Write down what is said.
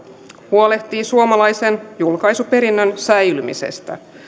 huolehtii suomalaisen julkaisuperinnön säilymisestä